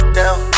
down